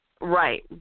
right